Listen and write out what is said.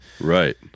Right